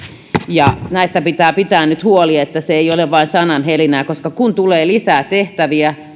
näistä pitää pitää nyt huoli että se ei ole vain sanahelinää koska kun tulee lisää tehtäviä